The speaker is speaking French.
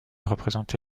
représenté